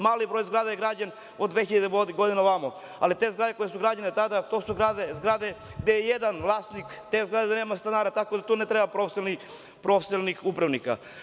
Mali broj zgrada je građen od 2000. godine na ovamo, ali te zgrade koje su građene tada, to su zgrade gde je jedan vlasnik te zgrade gde nema stanara, tako da tu ne treba profesionalnih upravnika.